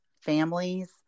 families